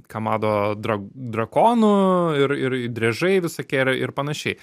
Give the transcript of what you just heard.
kamado dra drakonų ir ir driežai visokie yra ir panašiai